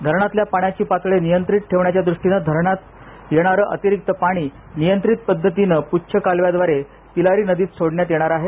धरणातल्या पाण्याची पातळी नियंत्रीत ठेवण्याच्या दृष्टीन धरणात येणार अतिरिक्त पाणी नियंत्रित पद्धतीन पुच्छ कालव्याद्वारे तिलारी नदीत सोडण्यात येणार आहे